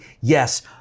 Yes